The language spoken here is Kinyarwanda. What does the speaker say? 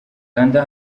kanda